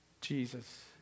Jesus